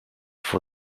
for